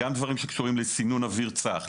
גם דברים שקשורים לסינון אוויר צח,